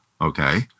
okay